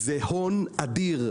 זה הון אדיר.